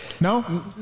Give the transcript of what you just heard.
no